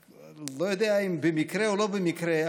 לא יודע אם במקרה או לא במקרה,